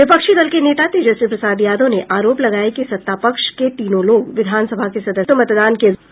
विपक्षी दल के नेता तेजस्वी प्रसाद यादव ने आरोप लगाया कि सत्तापक्ष के तीनों लोग विधानसभा के सदस्य नहीं हैं